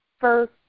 first